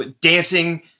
dancing